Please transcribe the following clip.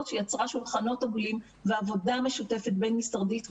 שיצרה שולחנות עגולים ועבודה משותפת בין-משרדית,